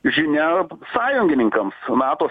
žinia sąjungininkams nato